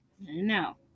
no